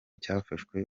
cyafashwe